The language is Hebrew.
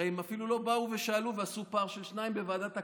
הרי הם אפילו לא באו ושאלו ועשו פער של שניים בוועדת הקנביס,